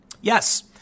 Yes